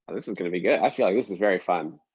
this is going to be good. i feel like this is very fun.